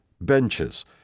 benches